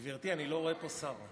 גברתי, אני לא רואה פה שר.